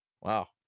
wow